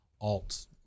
alt